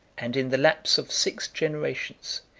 and in the lapse of six generations,